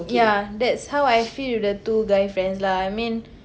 ya that's how I feel with the two guy friends lah I mean